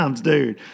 dude